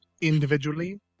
individually